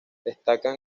destacan